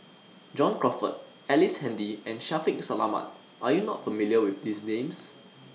John Crawfurd Ellice Handy and Shaffiq Selamat Are YOU not familiar with These Names